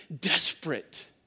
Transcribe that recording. desperate